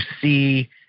see